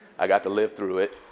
i got to live through it.